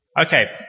Okay